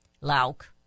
Lauk